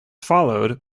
followed